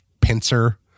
pincer